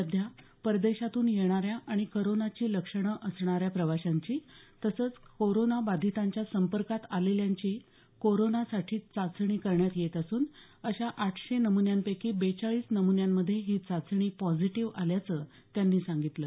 सध्या परदेशातून येणाऱ्या आणि करोनाची लक्षणं असणाऱ्या प्रवाशांची तसंच कोरोनाबाधितांच्या संपर्कात आलेल्यांची कोरोना साठी चाचणी करण्यात येत असून अशा आठशे नमुन्यांपैकी बेचाळीस नमुन्यांमध्ये ही चाचणी पॉझिटिव्ह आल्याचं त्यांनी सांगितलं